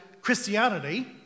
Christianity